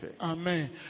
Amen